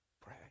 pray